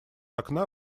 окна